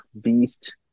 beast